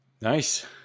Nice